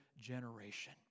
generation